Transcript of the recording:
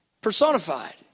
personified